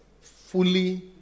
fully